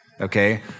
okay